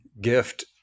gift